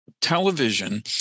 television